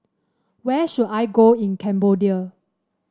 where should I go in Cambodia